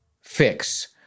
fix